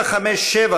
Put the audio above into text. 757,